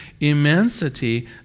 immensity